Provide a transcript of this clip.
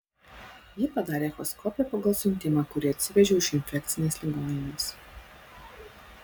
ji padarė echoskopiją pagal siuntimą kurį atsivežiau iš infekcinės ligoninės